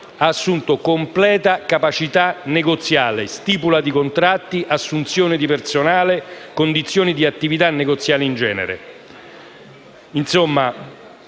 ha assunto completa capacità negoziale: stipula di contratti, assunzione di personale, determinazione di condizioni di attività negoziale in genere.